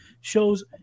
shows